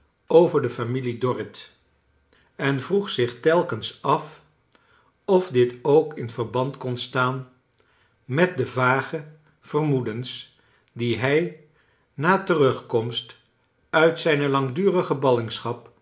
over de familie dorrit en vroeg zich telkens af of dit ook in verband kon staan met de vage vermoedens die hij na terugkomst uit zijne langdurige